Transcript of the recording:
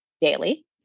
daily